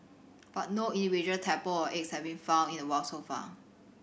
but no individual tadpole or eggs have been found in the wild so far